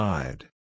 Side